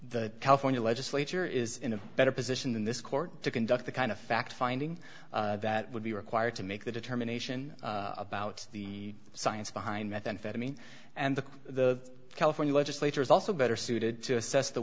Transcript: the california legislature is in a better position than this court to conduct the kind of fact finding that would be required to make the determination about the science behind methamphetamine and the california legislature is also better suited to assess the